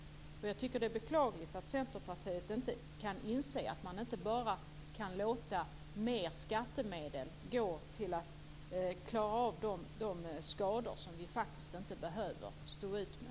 Jag tycker att det är beklagligt att Centerpartiet inte kan inse att man inte bara kan låta mer skattemedel gå till att klara av de skador som vi faktiskt inte behöver stå ut med.